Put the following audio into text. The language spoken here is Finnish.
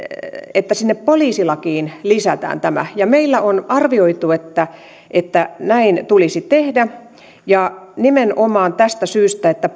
että sinne poliisilakiin lisätään tämä meillä on arvioitu että että näin tulisi tehdä ja nimenomaan tästä syystä että